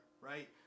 right